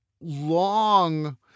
long